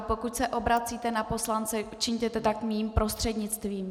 Pokud se obracíte na poslance, čiňte to tak mým prostřednictvím.